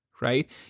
Right